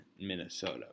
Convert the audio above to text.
Minnesota